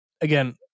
again